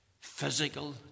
physical